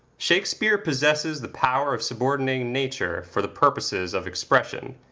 shakspeare possesses the power of subordinating nature for the purposes of expression,